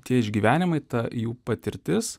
tie išgyvenimai ta jų patirtis